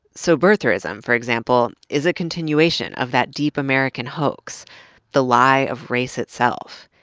so birtherism for example is a continuation of that deep american hoax the lie of race itself.